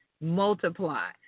multiply